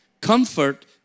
Comfort